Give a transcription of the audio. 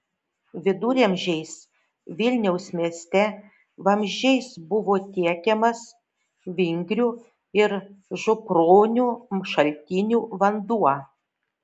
viduramžiais vilniaus mieste vamzdžiais buvo tiekiamas vingrių ir župronių šaltinių vanduo